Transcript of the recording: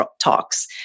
talks